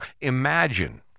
imagine